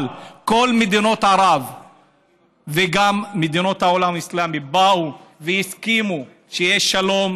אבל כל מדינות ערב וגם מדינות העולם האסלאמי באו והסכימו שיהיה שלום